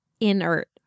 inert